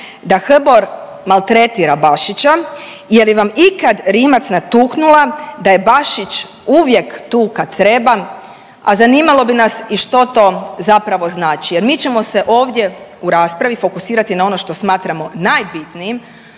da HBOR maltretira Bašića? Je li vam ikada Rimac natuknula da je Bašić uvijek tu kada treba? A zanimalo bi nas i što to zapravo znači jer mi ćemo se ovdje u raspravi fokusirati na ono što smatramo najbitnijim,